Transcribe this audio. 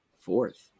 fourth